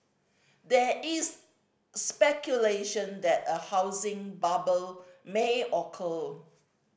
there is speculation that a housing bubble may occur